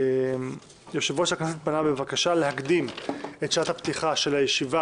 יושב-ראש הכנסת פנה בבקשה להקדים את שעת הפתיחה של הישיבה